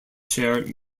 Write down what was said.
share